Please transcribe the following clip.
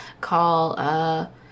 call